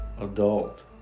adult